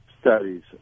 studies